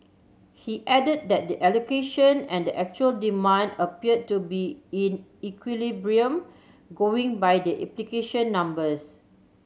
he added that the allocation and the actual demand appeared to be in equilibrium going by the application numbers